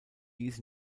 dies